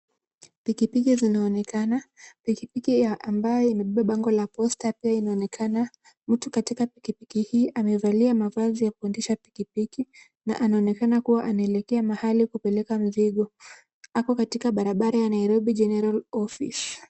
Pikipiki zinaonekana, pikipiki amabaye imepepa bango la Posta pia inaonekana, mtu katika pikipiki hii, amevalia mavazi ya kuendesha pikipiki na anaonekana kuwa anaelekea mahali kupeleka mizigo. Ako katika barabara ya Nairobi General Ofice.